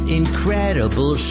incredible